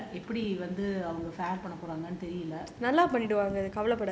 தெரில எப்டி வந்து அவங்க:terila epdi vanthu avanga fare பண்ண போறாங்கன்னு தெரில:panna porangannu terila